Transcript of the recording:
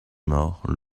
mort